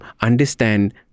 understand